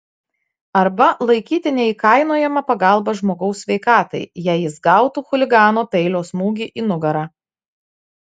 arba laikyti neįkainojama pagalba žmogaus sveikatai jei jis gautų chuligano peilio smūgį į nugarą